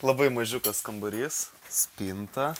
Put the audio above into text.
labai mažiukas kambarys spinta